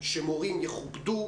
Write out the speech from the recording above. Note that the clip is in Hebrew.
שמורים יכובדו,